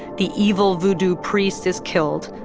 the evil voodoo priest is killed,